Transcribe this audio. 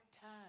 time